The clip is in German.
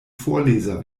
vorleser